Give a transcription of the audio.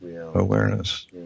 awareness